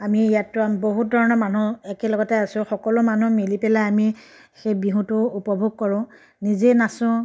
আমি ইয়াতো বহুত ধৰণৰ মানুহ একেলগতে আছো সকলো মানুহ মিলি পেলাই আমি সেই বিহুটো উপভোগ কৰোঁ নিজেই নাচোঁ